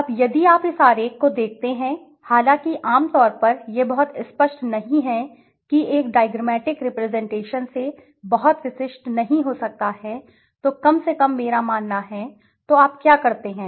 अब यदि आप इस आरेख को देखते हैं हालांकि आम तौर पर यह बहुत स्पष्ट नहीं है कि एक डाईग्रमैटिक रिप्रजेंटेशन से बहुत विशिष्ट नहीं हो सकता है तो कम से कम मेरा मानना है तो आप क्या करते हैं